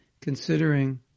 considering